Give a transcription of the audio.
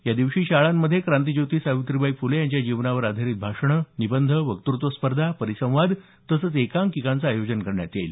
या दिवशी शाळांमध्ये क्रांतिज्योती सावित्रीबाई फुले यांच्या जीवनावर आधारीत भाषणं निबंध वक्तत्व स्पर्धा परिसंवाद तसंच एकांकिकांचं आयोजन करण्यात येईल